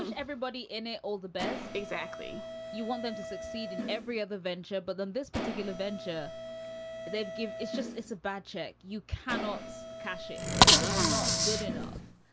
everybody in it. all the best. exactly you want them to succeed in every other venture. but then this particular venture they've give. it's just it's a bad check. you cannot cash it. it's just not good enough.